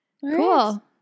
Cool